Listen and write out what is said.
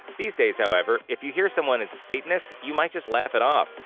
these days, however, if you hear someone is a satanist, you might just laugh it off.